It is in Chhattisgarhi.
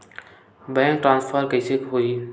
बैंक ट्रान्सफर कइसे होही?